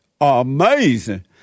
Amazing